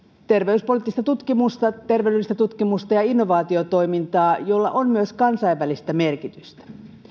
terveyspoliittista tutkimusta terveydellistä tutkimusta ja innovaatiotoimintaa joilla on myös kansainvälistä merkitystä